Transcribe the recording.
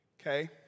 okay